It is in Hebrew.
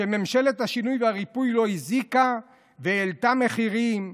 שממשלת השינוי והריפוי לא הזיקה והעלתה מחירים,